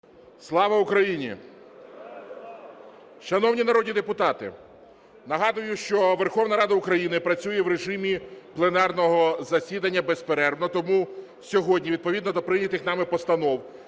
Слава Україні! Шановні народні депутати, нагадую, що Верховна Рада України працює в режимі пленарного засідання безперервно. Тому сьогодні, відповідно до прийнятих нами постанов